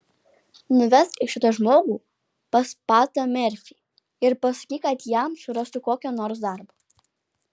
nuvesk šitą žmogų pas patą merfį ir pasakyk kad jam surastų kokio nors darbo